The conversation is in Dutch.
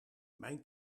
mijn